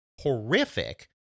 horrific